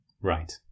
Right